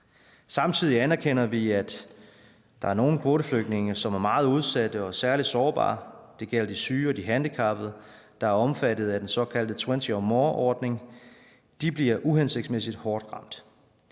Samtidig anerkender vi, at der er nogle kvoteflygtninge, som er meget udsatte og særlig sårbare. Det gælder de syge og handicappede, der er omfattet af den såkaldte twenty or more-ordning. De bliver uhensigtsmæssigt hårdt ramt.